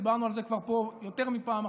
דיברנו על זה כבר פה יותר מפעם אחת,